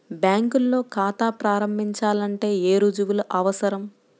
బ్యాంకులో ఖాతా ప్రారంభించాలంటే ఏ రుజువులు అవసరం?